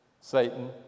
Satan